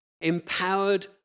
empowered